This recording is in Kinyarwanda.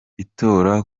itora